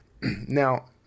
Now